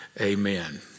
amen